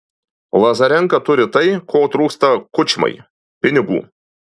lazarenka turi tai ko trūksta kučmai pinigų